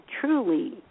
truly